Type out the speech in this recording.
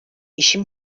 i̇şin